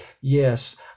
yes